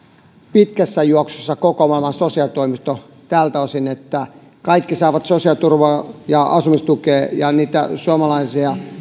pitkässä juoksussa koko maailman sosiaalitoimisto tältä osin että kaikki saavat sosiaaliturvaa ja asumistukea ja suomalaisia